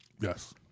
Yes